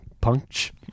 Punch